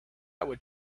would